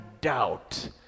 doubt